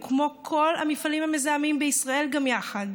הוא כמו כל המפעלים המזהמים בישראל גם יחד.